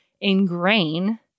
ingrain